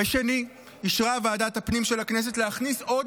בשני אישרה ועדת הפנים של הכנסת להכניס עוד